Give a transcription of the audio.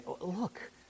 look